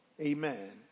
Amen